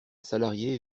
salarié